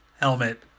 helmet